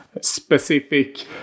specific